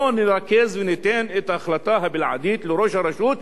לא נרכז וניתן את ההחלטה הבלעדית לראש הרשות,